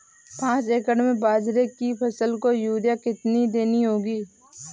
पांच एकड़ में बाजरे की फसल को यूरिया कितनी देनी होगी?